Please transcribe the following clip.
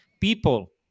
people